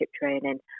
training